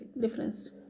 difference